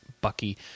Bucky